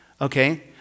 Okay